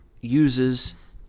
uses